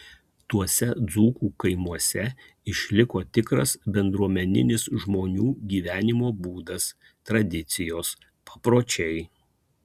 tuose dzūkų kaimuose išliko tikras bendruomeninis žmonių gyvenimo būdas tradicijos papročiai